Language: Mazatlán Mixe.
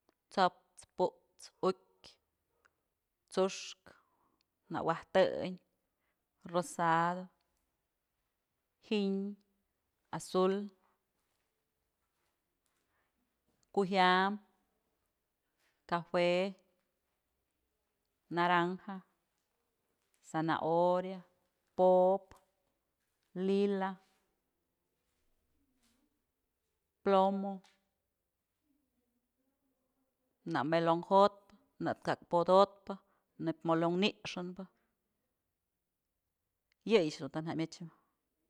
Tsa'aps, put's, ukyë, t'suxkë, na waj tëñ, rosado, giñ, azul, kujyam, cajue, naranja, zanahoria, po'opë, lila, plomo, na'a melon jotë, na'a ka'ak pot jotpë, neyb melon ni'ixënbë, yëyëcch dun ta jamyëch.